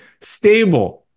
stable